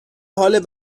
حال